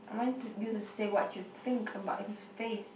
I want you to say what you think about his face